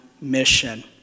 mission